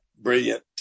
brilliant